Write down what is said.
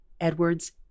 Edwards